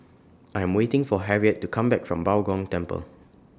I Am waiting For Harriet to Come Back from Bao Gong Temple